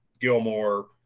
Gilmore